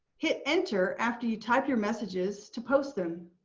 hit enter after you type your messages to post them.